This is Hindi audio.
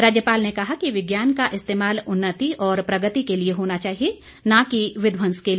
राज्यपाल ने कहा कि विज्ञान का इस्तेमाल उन्नति और प्रगति के लिए होना चाहिए न कि विध्वंस के लिए